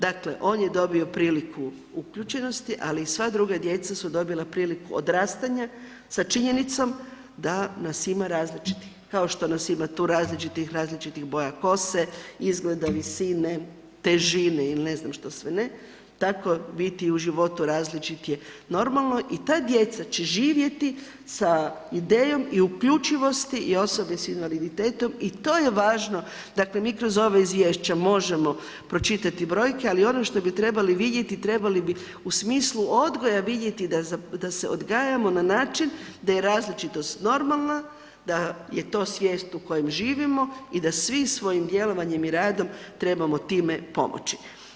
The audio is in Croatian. Dakle on je dobio priliku uključenosti, ali sva druga djeca su dobila priliku odrastanja sa činjenicom da nas ima različitih, kao što nas ima tu različitih, različitih boja kose, izgleda, visine, težine ili ne znam što sve ne, tako biti u životu različiti je normalno i ta djeca će živjeti sa idejom i uključivosti i osobe s invaliditetom i to je važno, dakle mi kroz ova izvješća možemo pročitati brojke, ali ono što bi trebali vidjeti, trebali bi u smislu odgoja vidjeti da se odgajamo na način da je različitost normalna, da je to svijet u kojem živimo i da svi svojim djelovanjem i radom trebamo time pomoći.